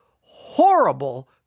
horrible